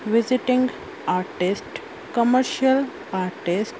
visiting artist commercial artist